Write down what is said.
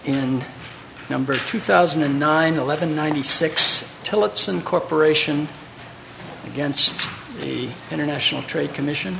and number two thousand and nine eleven ninety six tillotson corporation against the international trade commission